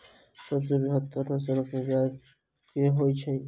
सबसँ बेहतर नस्ल केँ गाय केँ होइ छै?